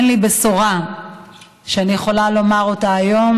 אין לי בשורה שאני יכולה לומר אותה היום